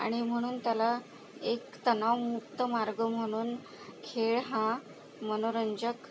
आणि म्हणून त्याला एक तणावमुक्त मार्ग म्हणून खेळ हा मनोरंजक